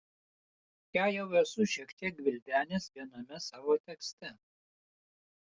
ją jau esu šiek tiek gvildenęs viename savo tekste